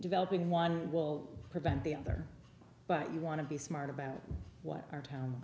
developing one will prevent the other but you want to be smart about what our town